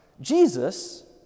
Jesus